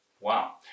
Wow